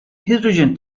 hydrogen